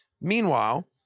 Meanwhile